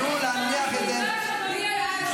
מי שלא יוריד, אני אוציא אותו מהאולם.